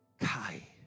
Kai